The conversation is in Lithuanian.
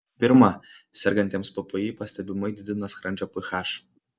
pirma sergantiems ppi pastebimai didina skrandžio ph